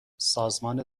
سازمان